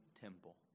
temple